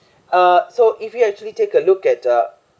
uh so if you actually take a look at the